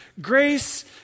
Grace